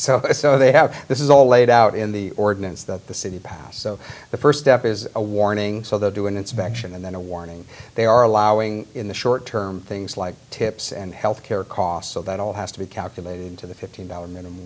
so so they have this is all laid out in the ordinance that the city passed so the first step is a warning so they do an inspection and then a warning they are allowing in the short term things like tips and health care costs so that all has to be calculated into the fifteen dollar minimum